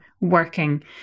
working